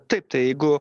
taip tai jeigu